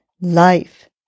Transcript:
Life